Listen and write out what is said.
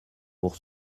pour